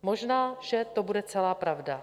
Možná že to bude celá pravda.